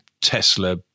Tesla